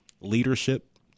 leadership